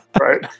right